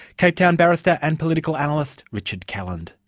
cape town barrister and political analyst, richard calland.